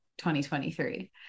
2023